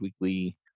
Weekly